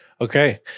okay